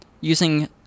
using